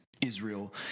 Israel